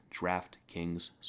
DraftKings